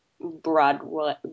Broadway